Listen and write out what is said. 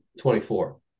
24